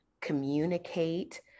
communicate